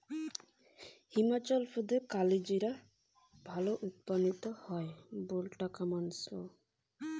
বুলবোকাস্ট্যানাম বা কালোজিরা হিমাচল প্রদেশে ভালো উৎপাদন হয়